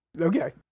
Okay